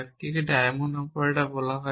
একটিকে diamond operator বলা হয়